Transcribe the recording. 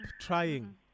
trying